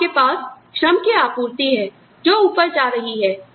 तो आपके पास श्रम की आपूर्ति है जो ऊपर जा रही है